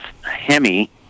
Hemi